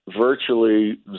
virtually